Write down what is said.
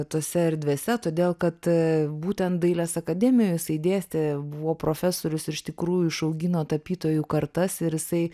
tose erdvėse todėl kad e būtent dailės akademijoje dėstė buvo profesorius ir iš tikrųjų išaugino tapytojų kartas ir jisai